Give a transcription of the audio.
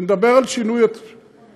אני מדבר על שינוי התפיסה.